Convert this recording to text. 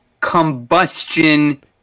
combustion